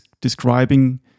describing